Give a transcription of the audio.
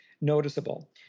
noticeable